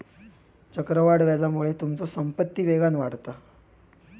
चक्रवाढ व्याजामुळे तुमचो संपत्ती वेगान वाढता